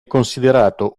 considerato